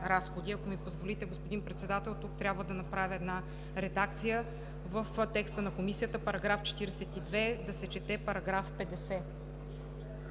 Ако ми позволите, господин Председател, тук трябва да направя една редакция в текста на Комисията: „§ 42 да се чете § 50.“